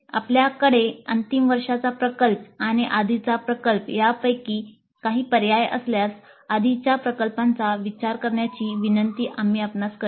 आपल्याकडे अंतिम वर्षाचा प्रकल्प आणि आधीचा प्रकल्प यापैकी काही पर्याय असल्यास आधीच्या प्रकल्पाचा विचार करण्याची विनंती आम्ही आपणास करतो